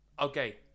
Okay